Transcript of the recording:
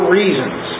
reasons